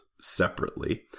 separately